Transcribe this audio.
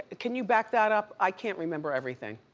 can you back that up? i can't remember everything.